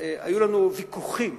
היו לנו ויכוחים